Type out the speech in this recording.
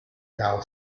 now